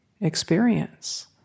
experience